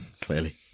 clearly